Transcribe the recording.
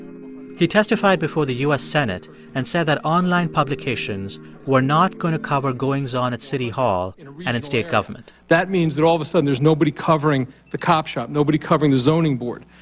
he testified before the u s. senate and said that online publications were not going to cover goings-on at city hall and in state government that means that, all of a sudden, there's nobody covering the cop shop, nobody covering the zoning board.